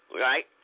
right